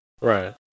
Right